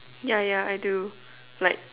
ya ya I do like